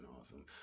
awesome